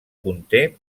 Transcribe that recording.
conté